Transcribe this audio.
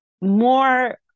more